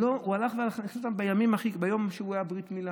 והוא הלך והכניס אותם ביום שהייתה לו ברית מילה,